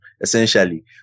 essentially